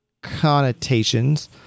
connotations